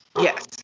Yes